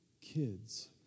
kids